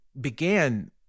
began